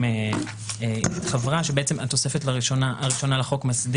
כלכלי (שינוי התוספת הראשונה לחוק).